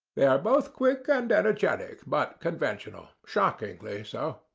they are both quick and energetic, but conventional shockingly so.